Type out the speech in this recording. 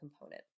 component